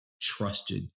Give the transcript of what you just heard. trusted